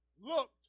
looked